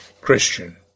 Christian